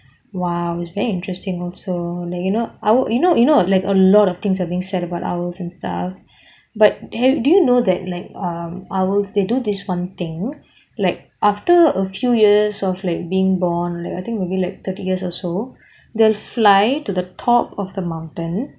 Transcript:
!wah! was very interesting also like you !ow! you know you know like a lot of things are being said about owls and stuff but have do know that like um owls they do this one thing like after a few years of like being born like I think maybe be like thirty years or so they'll fly to the top of the mountain